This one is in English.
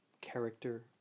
character